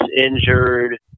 injured